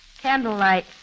candlelight